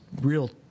real